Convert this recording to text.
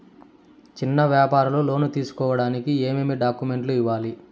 చిన్న వ్యాపారులు లోను తీసుకోడానికి ఏమేమి డాక్యుమెంట్లు ఇవ్వాలి?